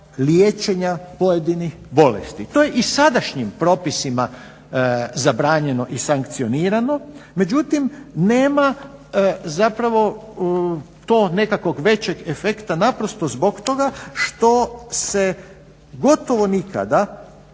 liječenja pojedinih bolesti. To je i sadašnjim propisima zabranjeno i sankcionirano, međutim nema zapravo to nekakvog većeg efekta naprosto zbog toga što se gotovo nikada